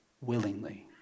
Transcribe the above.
willingly